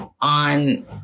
on